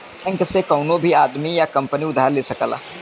bank से कउनो भी आदमी या कंपनी उधार ले सकला